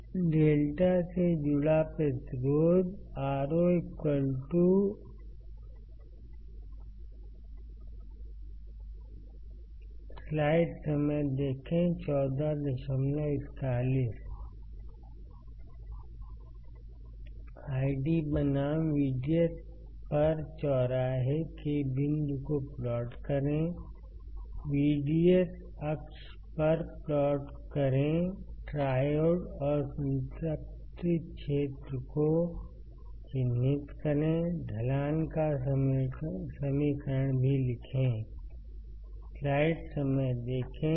Λ से जुड़ा प्रतिरोध ro ∂ID∂VDS 1 kn2WL2λ 1 Λ के छोटे मूल्यों के लिए ro 1 λID ID बनाम VDS पर चौराहे के बिंदु को प्लॉट करें VDS अक्ष पर प्लॉट करेंट्रायोड और संतृप्ति क्षेत्र को चिह्नित करें ढलान का समीकरण भी लिखें